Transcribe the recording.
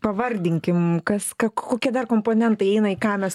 pavardinkim kas ką kokie dar komponentai įeina į ką mes